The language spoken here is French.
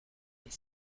est